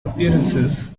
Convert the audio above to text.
appearances